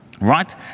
right